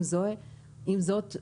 עם זאת,